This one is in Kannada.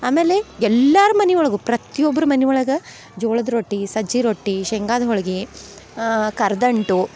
ಆಮೇಲೆ ಎಲ್ಲಾರ ಮನೆ ಒಳಗು ಪ್ರತ್ತಿ ಒಬ್ರ ಮನೆ ಒಳಗೆ ಜೋಳದ ರೊಟ್ಟಿ ಸಜ್ಜಿ ರೊಟ್ಟಿ ಶೇಂಗಾದ ಹೋಳಿಗಿ ಕರ್ದಂಟು